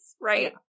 right